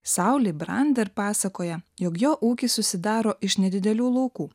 sauli brander pasakoja jog jo ūkis susidaro iš nedidelių laukų